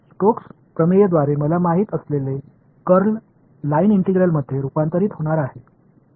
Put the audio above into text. Stokes प्रमेय द्वारे मला माहित असलेले कर्ल लाइन इंटिग्रलमध्ये रूपांतरित होणार आहे